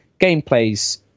gameplay's